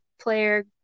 player